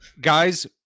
guys